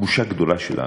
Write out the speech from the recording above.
בושה גדולה שלנו.